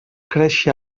créixer